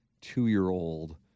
two-year-old